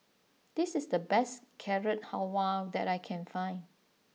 this is the best Carrot Halwa that I can find